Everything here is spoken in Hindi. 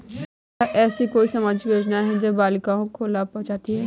क्या ऐसी कोई सामाजिक योजनाएँ हैं जो बालिकाओं को लाभ पहुँचाती हैं?